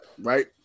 right